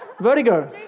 Vertigo